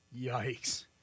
Yikes